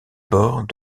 bords